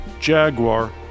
Jaguar